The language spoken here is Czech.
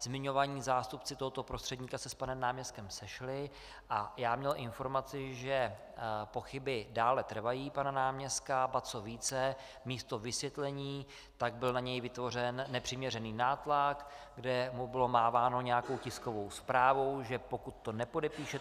Zmiňovaní zástupci tohoto prostředníka se s panem náměstkem sešli a já měl informaci, že pochyby dále trvají u pana náměstka, ba co více, místo vysvětlení byl na něj vytvořen nepřiměřený nátlak, kdy mu bylo máváno nějakou tiskovou zprávou, že pokud tu smlouvu nepodepíše,